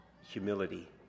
humility